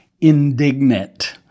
indignant